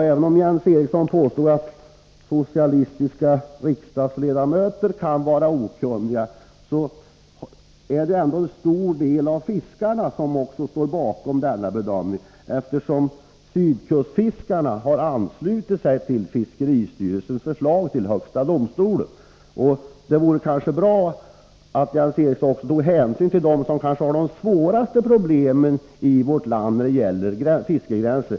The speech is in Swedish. Även om Jens Eriksson påstår att socialistiska riksdagsledamöter kan vara okunniga, är det ändå en stor del av fiskarna som står bakom denna bedömning. Sydkustfiskarna har anslutit sig till fiskeristyrelsens förslag till högsta domstolen. Det vore bra om Jens Eriksson också tog hänsyn till dem som kanske har de svåraste problemen i vårt land när det gäller fiskegränser.